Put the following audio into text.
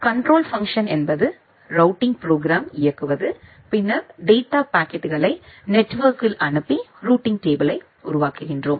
control function என்பது routing program இயக்குவது பின்னர் டேட்டா பாக்கெட்டுகளை நெட்வொர்க்கில் அனுப்பி ரூட்டிங் டேபிளை உருவாக்குகின்றோம்